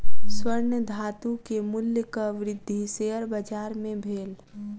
स्वर्ण धातु के मूल्यक वृद्धि शेयर बाजार मे भेल